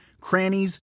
crannies